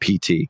PT